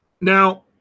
Now